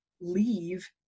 leave